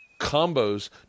Combos